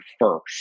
first